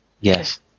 yes